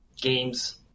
games